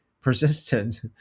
persistent